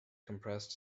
compressed